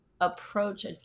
approach